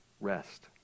Rest